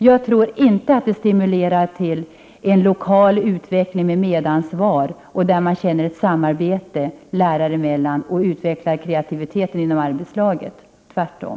Jag tror inte att detta stimulerar till en lokal utveckling med medansvar och där man känner en samhörighet lärare emellan och utvecklar kreativiteten inom arbetslaget — tvärtom.